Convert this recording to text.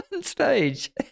stage